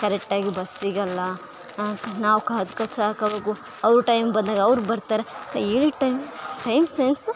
ಕರೆಕ್ಟಾಗಿ ಬಸ್ ಸಿಗೋಲ್ಲ ಆಗ ನಾವು ಕಾದು ಕಾದು ಸಾಕಾಗೋದು ಅವ್ರ ಟೈಮ್ ಬಂದಾಗ ಅವರು ಬರ್ತಾರೆ ಏಳು ಟೈಮ್ ಟೈಮ್ ಸೆನ್ಸ್